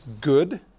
good